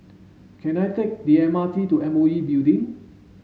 can I take the M R T to M O E Building